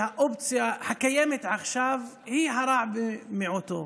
והאופציה הקיימת עכשיו היא הרע במיעוטו.